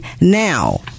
now